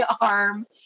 arm